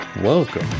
Welcome